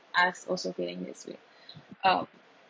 us also feeling this way um